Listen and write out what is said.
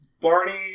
Barney